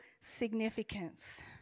significance